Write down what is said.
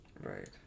Right